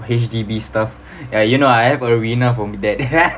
H_D_B stuff ya you know I have from that